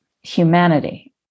humanity